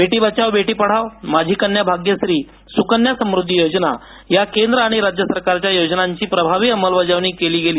बेटी बचाव बेटी पढाव माझी कन्या भाग्यश्री सुकन्या समृद्धी योजना या केंद्र आणि राज्य सरकारच्या योजनांची प्रभावी अंमलबजावणी केली गेली